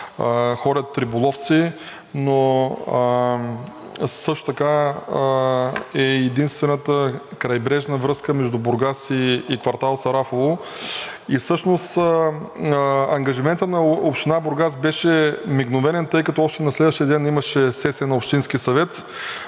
ходят риболовци. Също така е и единствената крайбрежна връзка между Бургас и квартал Сарафово. Всъщност, ангажиментът на Община Бургас беше мигновен, тъй като още на следващия ден имаше сесия на Общинския съвет.